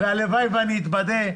והלוואי שאתבדה,